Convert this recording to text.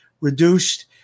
reduced